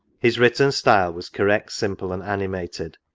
his written style was correct, simple, and animated.